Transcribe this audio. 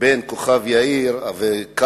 בין כוכב-יאיר לבין טייבה,